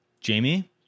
Jamie